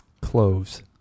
cloves